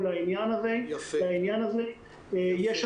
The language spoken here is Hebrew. קיבלנו